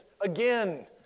again